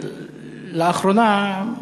לאחרונה,